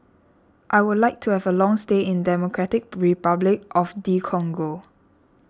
I would like to have a long stay in Democratic Republic of the Congo